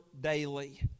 daily